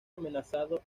amenazado